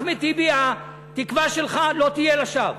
אחמד טיבי, התקווה שלך לא תהיה לשווא,